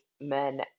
men